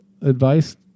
advice